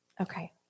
Okay